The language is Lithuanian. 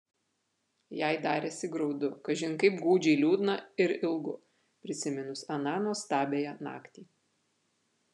jai darėsi graudu kažin kaip gūdžiai liūdna ir ilgu prisiminus aną nuostabiąją naktį